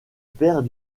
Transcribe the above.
père